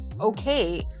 okay